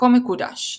מקום מקודש.